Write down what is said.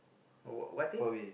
oh what thing